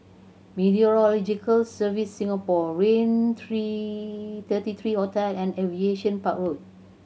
Meteorological Service Singapore Raintr Thirty three Hotel and Aviation Park Road